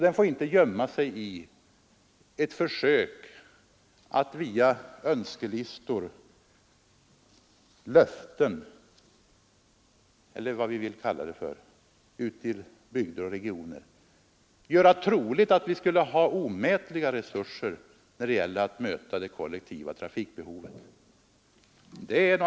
Den får inte skymmas av ett försök att via önskelistor och löften — eller vad vi vill kalla det — till bygder och regioner göra troligt att vi skulle ha omätliga resurser när det gäller att möta det kollektiva trafikbehovet.